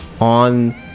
on